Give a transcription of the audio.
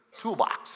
toolbox